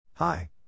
Hi